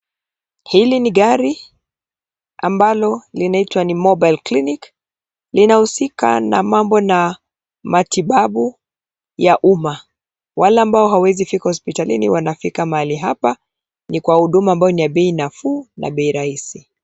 Hili ni gari ambalo linaitwa Mobile Clinic linausika na mambo na matibabu ya umma. Wale ambao hawezi fika hospitalini wanafika mahali hapa ni kwa huduma ni ya bei nafu na bei rahizi.